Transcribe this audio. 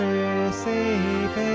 receive